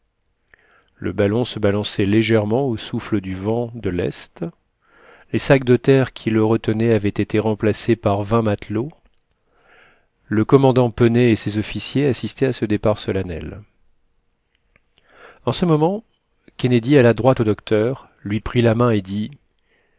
le ballon se balançait légèrement au souffle du vent de l'est les sacs de terre qui le retenaient avaient été remplacés par vingt matelots le commandant pennet et ses officiers assistaient à ce départ solennel en ce moment kennedy alla droit au docteur lui prit la main et dit